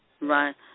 Right